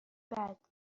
بعد